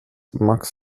max